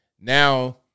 Now